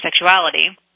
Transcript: sexuality